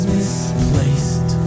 misplaced